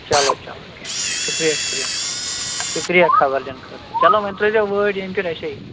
چلو چلو کینٛہہ چھُنہٕ شُکرِیہ شُکرِیہ شُکرِیہ خَبر دِنہٕ خٲطرٕ چلو وۄنۍ ترٛٲیزیو ووٹ ییٚمہِ پھِر اَسے